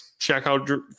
checkout